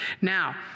Now